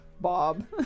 bob